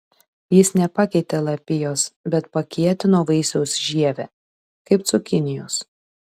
jis nepakeitė lapijos bet pakietino vaisiaus žievę kaip cukinijos